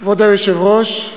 כבוד היושב-ראש,